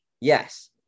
Yes